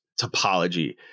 topology